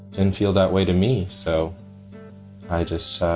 and feel that way to me. so i just.